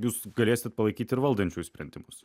jūs galėsit palaikyti ir valdančiųjų sprendimus